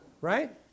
Right